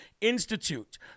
Institute